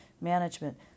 management